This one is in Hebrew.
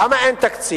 למה אין תקציב?